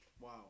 Wow